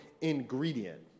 ingredient